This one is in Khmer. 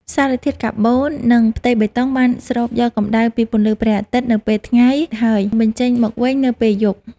សារធាតុកាបូន និងផ្ទៃបេតុងបានស្រូបយកកម្ដៅពីពន្លឺព្រះអាទិត្យនៅពេលថ្ងៃ ហើយបញ្ចេញមកវិញនៅពេលយប់។